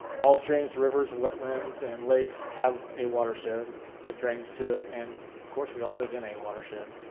all streams, rivers, wetlands, and lakes have a watershed that drains to it, and of course, we all live in a watershed.